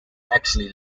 actually